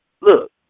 Look